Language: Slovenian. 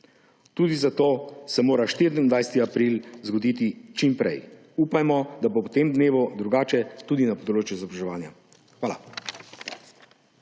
Tudi zato se mora 24. april zgoditi čim prej. Upajmo, da bo po tem dnevu drugače tudi na področju izobraževanja. Hvala.